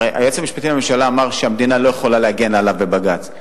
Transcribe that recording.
הרי אומר היועץ המשפטי לממשלה שהמדינה לא יכולה להגן עליו בבג"ץ.